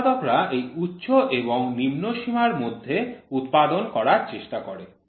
উৎপাদকরা এই উচ্চ এবং নিম্ন সীমার মধ্যে উৎপাদন করার চেষ্টা করে